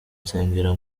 nsengera